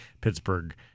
Pittsburgh